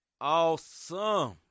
awesome